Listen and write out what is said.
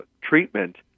treatment